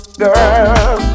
girl